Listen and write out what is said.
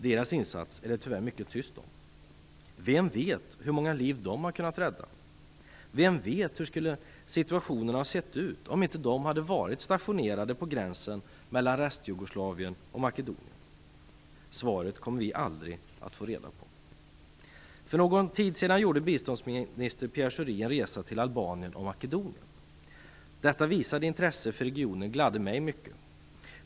Deras insats är det tyvärr mycket tyst om. Vem vet hur många liv de har kunnat rädda? Vem vet hur situationen skulle ha sett ut om inte de hade varit stationerade på gränsen mellan Restjugoslavien och Makedonien? Svaret kommer vi aldrig att få reda på. För någon tid sedan gjorde biståndsminister Pierre Schori en resa till Albanien och Makedonien. Detta visade intresse för regionen gladde mig mycket.